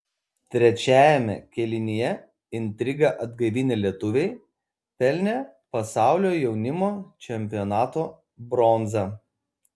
trečiajame kėlinyje intrigą atgaivinę lietuviai pelnė pasaulio jaunimo čempionato bronzą